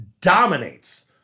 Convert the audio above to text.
dominates